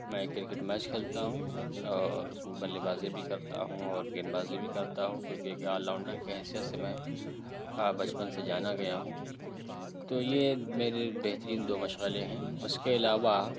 میں cricket match کھیلتا ہوں اور اس میں بلے بازی بھی کرتا ہوں اور گیند بازی بھی کرتا ہوں کیوں کہ ایک آل راؤنڈر کے حیثیت سے میں بچپن سے جانا گیا ہوں تو یہ میرے بہترین دو مشغلے ہیں اس کے علاوہ